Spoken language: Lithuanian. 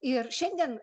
ir šiandien